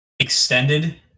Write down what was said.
extended